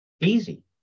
easy